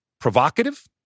provocative